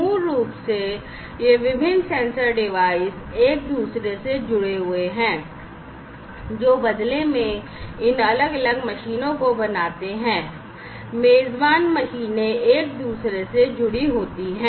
मूल रूप से ये विभिन्न सेंसर डिवाइस एक दूसरे से जुड़े हुए हैं जो बदले में इन अलग अलग मशीनों को बनाते हैं मेजबान मशीनें एक दूसरे से जुड़ी होती हैं